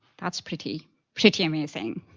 that's pretty pretty amazing.